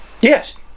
Yes